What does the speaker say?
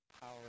power